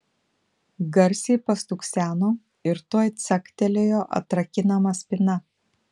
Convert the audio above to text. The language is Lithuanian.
garsiai pastukseno ir tuoj caktelėjo atrakinama spyna